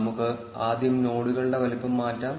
നമുക്ക് ആദ്യം നോഡുകളുടെ വലുപ്പം മാറ്റാം